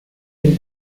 del